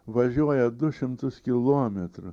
važiuoja du šimtus kilometrų